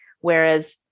whereas